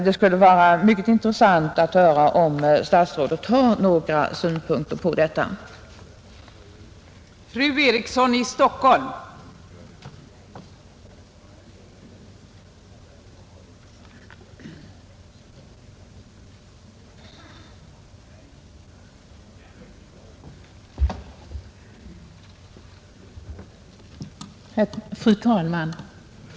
Det skulle vara mycket intressant att höra om statsrådet har några synpunkter på detta. att komma till rätta med narkotikaproblemet att komma till rätta med narkotikaproblemet